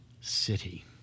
city